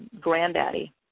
granddaddy